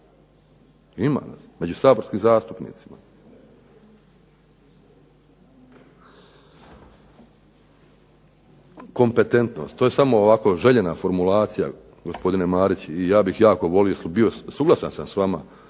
ima među saborskim zastupnicima. Kompetentnost, to je samo željena formulacija gospodine Mariću i ja bih jako volio i suglasan sam s vama